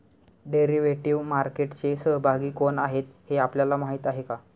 Derivative मार्केटचे सहभागी कोण आहेत हे आपल्याला माहित आहे का?